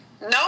no